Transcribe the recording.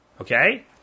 Okay